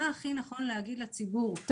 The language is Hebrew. מה הכי נכון להגיד לציבור,